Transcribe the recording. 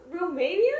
Romania